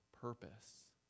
purpose